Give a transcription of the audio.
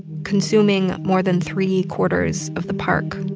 consuming more than three-quarters of the park